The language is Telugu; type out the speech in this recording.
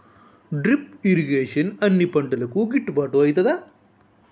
డ్రిప్ ఇరిగేషన్ అన్ని పంటలకు గిట్టుబాటు ఐతదా?